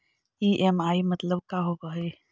EMI मतलब का होब हइ?